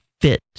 Fit